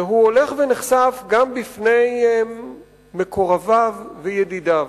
והוא הולך ונחשף גם בפני מקורביו וידידיו.